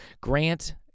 Grant